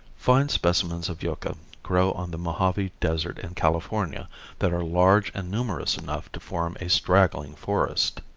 fine specimens of yucca grow on the mojave desert in california that are large and numerous enough to form a straggling forest.